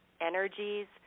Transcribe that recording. energies